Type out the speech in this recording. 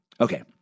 Okay